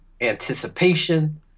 anticipation